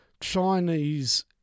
Chinese